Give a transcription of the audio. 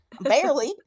barely